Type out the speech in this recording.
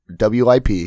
WIP